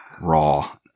Raw